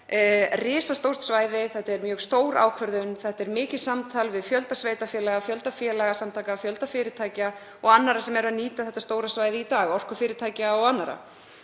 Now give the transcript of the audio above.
risastórt svæði. Þetta er mjög stór ákvörðun. Þetta er mikið samtal við fjölda sveitarfélaga, fjölda félagasamtaka, fjölda fyrirtækja og annarra sem nýta þetta stóra svæði í dag, orkufyrirtækja og annarra.